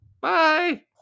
Bye